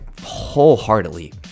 wholeheartedly